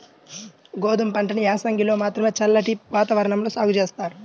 గోధుమ పంటని యాసంగిలో మాత్రమే చల్లటి వాతావరణంలో సాగు జేత్తారు